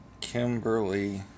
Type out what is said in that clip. Kimberly